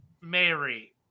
Mary